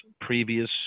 previous